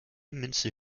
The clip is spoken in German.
münze